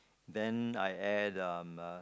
then I add um uh